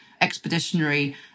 expeditionary